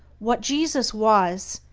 what jesus was,